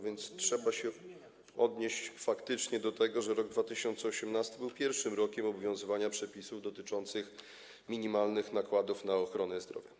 Więc trzeba się faktycznie odnieść do tego, że rok 2018 był pierwszym rokiem obowiązywania przepisów dotyczących minimalnych nakładów na ochronę zdrowia.